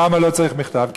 למה לא צריך מכתב?